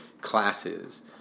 classes